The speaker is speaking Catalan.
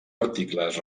articles